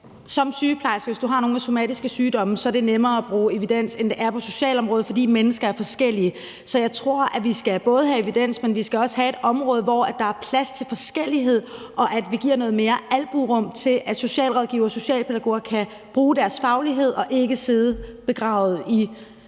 som sygeplejerske har nogle med somatiske sygdomme, så er det nemmere at bruge evidens, end det er på socialområdet, fordi mennesker er forskellige. Så jeg tror, at vi både skal have evidens, men at vi også skal have et område, hvor der er plads til forskellighed, og hvor vi giver noget mere albuerum til, at socialrådgivere og socialpædagoger kan bruge deres faglighed og ikke skal sidde begravet i